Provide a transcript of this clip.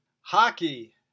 hockey